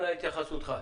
אנא התייחסותך.